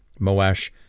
Moash